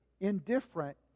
indifferent